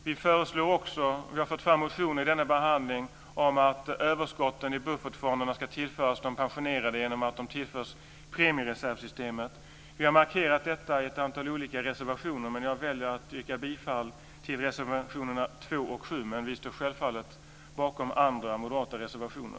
Vi föreslår också, och vi har fört fram motioner i denna behandling, att överskotten i buffertfonderna ska tillföras de pensionerade genom att de tillförs premiereservssystemet. Vi har markerat detta i ett antal olika reservationer. Jag väljer att yrka bifall till reservationerna 2 och 7, men vi står självfallet bakom andra moderata reservationer.